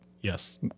Yes